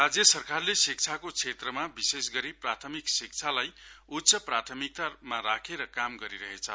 राज्य सरकारले शिक्षाको क्षेत्रमा विशेष गरि प्रथामिक शिक्षाहरुलाई ऊच्च प्रथामिकतामा राखेर काम गरि रहेछ